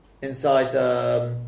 Inside